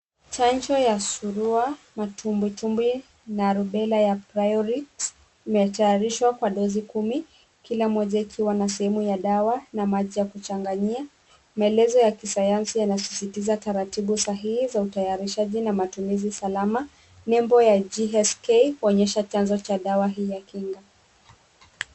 Chanjo za surua, matumbe tumbe na rupela ya priorics imetayarishwa kwa dosi kumi kila moja ikiwa na sehemu ya dawa na maji ya kuchanganyia. Maelezo ya kisayansi yanasisitiza taratibu sahihi za utayarishaji na matumizi salama. Nembo ya gsk kuonyesha chanzo cha dawa hii ya kinga.